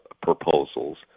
proposals